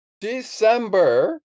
December